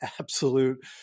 absolute